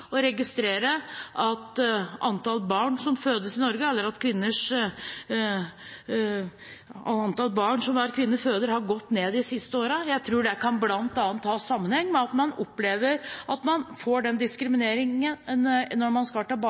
registrerer at antallet barn hver kvinne føder i Norge, har gått ned de siste åra. Jeg tror det bl.a. kan ha sammenheng med at man opplever denne diskrimineringen når man skal tilbake